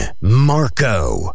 Marco